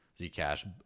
Zcash